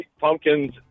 pumpkins